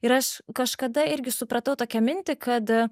ir aš kažkada irgi supratau tokią mintį kad